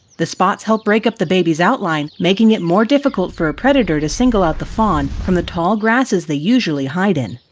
the spots help break up the baby's outline, making it more difficult for a predator to single out the fawn from the tall grasses they usually hide in.